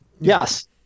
Yes